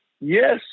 yes